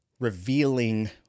Revealing